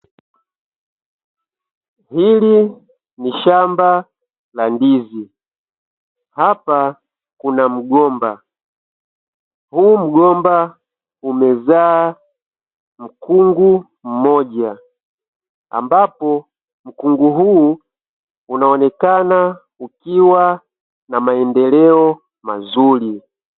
Hili ni shamba la ndizi. Hapa kuna mgomba huu mgomba umezaa mkungu mmoja, ambapo mkungu huu unaonekana ukiwa na maendeleo mazuri.